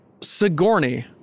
Sigourney